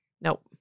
Nope